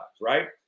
right